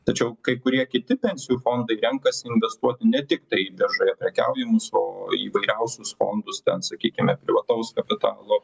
tačiau kai kurie kiti pensijų fondai renkasi investuoti ne tiktai biržoje prekiaujamus o įvairiausius fondus ten sakykime privataus kapitalo